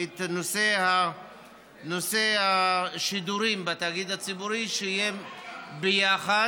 את נושא השידורים בתאגיד הציבורי שיהיה ביחד,